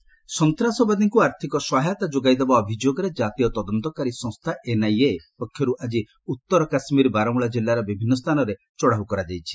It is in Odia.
ଜେକେ ଏନ୍ଆଇଏ ରେଡ୍ସ୍ ସନ୍ତାସବାଦୀଙ୍କୁ ଆର୍ଥକ ସହାୟତା ଯୋଗାଇ ଦେବା ଅଭିଯୋଗରେ ଜାତୀୟ ତଦନ୍ତକାରୀ ସଂସ୍ଥା ଏନ୍ଆଇଏ ପକ୍ଷରୁ ଆଜି ଉତ୍ତର କାଶ୍ମୀର ବାରମୂଲା କିଲ୍ଲାର ବିଭିନ୍ନ ସ୍ଥାନରେ ଚଢ଼ାଉ କରାଯାଇଛି